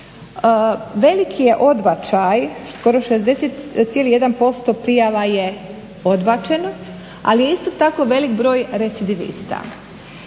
Veliki je odbačaj, skoro 60,1% prijava je odbačeno, ali je isto tako velik broj recidivista.